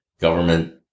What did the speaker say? Government